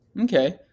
okay